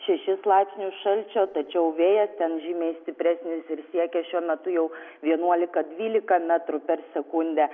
šešis laipsnius šalčio tačiau vėjas ten žymiai stipresnis ir siekia šiuo metu jau vienuolika dvylika metrų per sekundę